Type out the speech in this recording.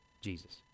Jesus